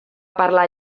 parlar